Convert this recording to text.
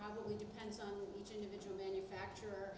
probably depends on each individual manufacturer